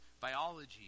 biology